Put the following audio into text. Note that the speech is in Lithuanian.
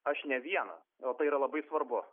aš ne vienas o tai yra labai svarbu